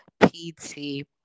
PT